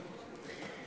וכו'.